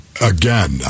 again